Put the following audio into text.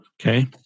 Okay